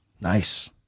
Nice